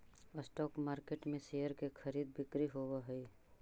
stock market में share के खरीद बिक्री होवऽ हइ